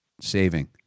saving